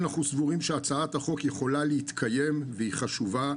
אנחנו סבורים שהצעת החוק יכולה להתקיים והיא חשובה,